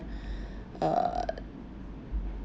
uh